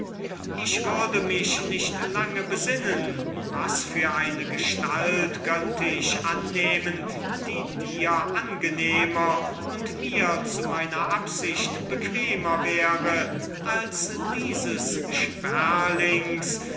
ich würde mich nicht lange besinnen sagte hippias was für eine gestalt könnte ich annehmen die dir angenehmer und mir zu meiner absicht bequemer wäre als dieses sperlings